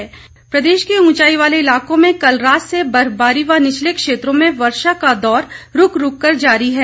मौसम प्रदेश के ऊंचाई वाले इलाकों में कल रात से बर्फबारी व निचले क्षेत्रों में वर्षा का दौर रूक रूक कर जारी है